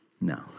No